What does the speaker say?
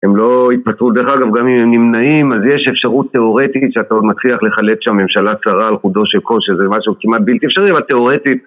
הם לא יתפטרו, דרך אגב גם אם הם נמנעים אז יש אפשרות תיאורטית שאתה עוד מצליח לחלץ שהממשלה צרה על חודו של כושר זה משהו כמעט בלתי אפשרי אבל תיאורטית